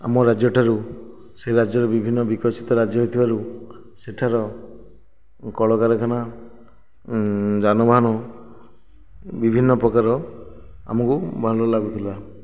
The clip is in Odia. ଆମ ରାଜ୍ୟ ଠାରୁ ସେ ରାଜ୍ୟର ବିଭିନ୍ନ ବିକଶିତ ରାଜ୍ୟ ହେଇଥିବାରୁ ସେଠାର କଳକାରଖାନା ଯାନବାହାନ ବିଭିନ୍ନ ପ୍ରକାର ଆମକୁ ଭଲ ଲାଗୁଥିଲା